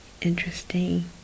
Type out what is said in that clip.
interesting